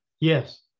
Yes